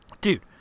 dude